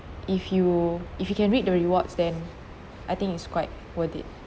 if you if you can read the rewards then I think it's quite worth it